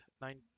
nine